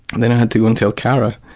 then i had to go and tell cara.